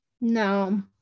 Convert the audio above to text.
No